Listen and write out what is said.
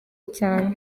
cyane